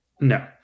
no